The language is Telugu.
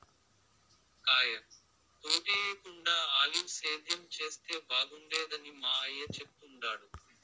టెంకాయ తోటేయేకుండా ఆలివ్ సేద్యం చేస్తే బాగుండేదని మా అయ్య చెప్తుండాడు